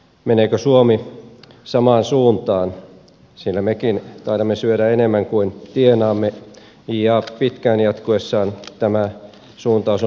meneekö suomi samaan suuntaan sillä mekin taidamme syödä enemmän kuin tienaamme ja pitkään jatkuessaan tämä suuntaus on huolestuttavaa